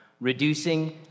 reducing